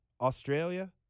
Australia